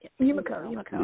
Yumiko